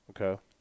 Okay